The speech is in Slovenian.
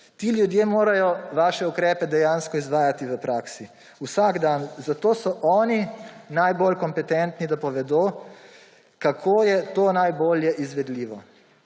Ti ljudje morajo vaše ukrepe dejansko izvajati v praksi vsak dan, zato so oni najbolj kompetentni, da povedo, kako je to najbolje izvedljivo.